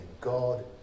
God